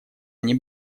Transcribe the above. они